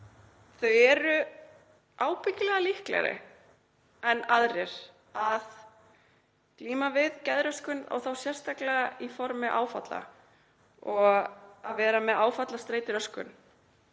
eru ábyggilega líklegri en aðrir til að glíma við geðröskun og þá sérstaklega í formi áfalla og vera með áfallastreituröskun.